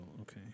Okay